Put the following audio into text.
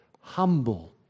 humble